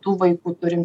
tų vaikų turim